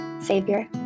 Savior